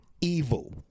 evil